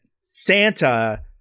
Santa